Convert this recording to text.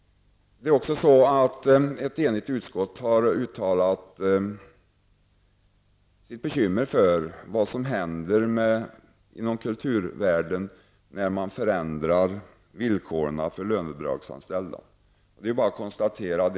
Ett enigt utskott har uttalat sitt bekymmer för vad som händer inom kulturvärlden när villkoren för lönebidragsanställningen ändras.